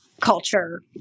culture